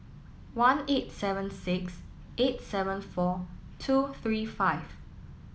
one eight seven six eight seven four two three five